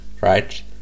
right